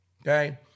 okay